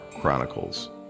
Chronicles